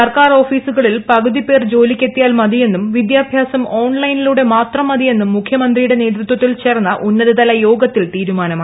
സർക്കാർ ഓഫീസുകളിൽ പകുതി പേർ ജോലിങ്ക്കെത്തിയാൽ മതിയെന്നും വിദ്യാഭ്യാസം ഓൺലൈനിലൂടെ മാത്രം മത്ത്യെന്നും മുഖ്യമന്ത്രിയുടെ നേതൃത്വത്തിൽ ചേർന്ന ഉന്നത തില്യോഗത്തിൽ തീരുമാനമായി